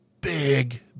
big